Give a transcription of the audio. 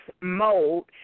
mode